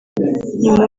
nyuma